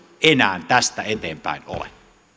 enää tästä eteenpäin ole